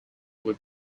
would